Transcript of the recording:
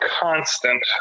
constant